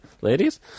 ladies